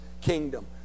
kingdom